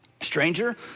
stranger